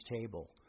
table